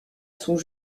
sont